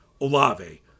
Olave